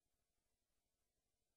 הרי